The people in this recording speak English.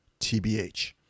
TBH